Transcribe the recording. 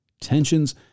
Tensions